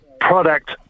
product